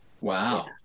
wow